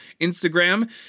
Instagram